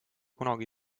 kunagi